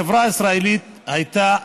החברה הישראלית הייתה